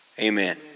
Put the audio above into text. Amen